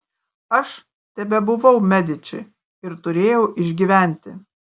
aš tebebuvau mediči ir turėjau išgyventi